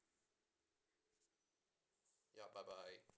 ya bye bye